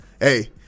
Hey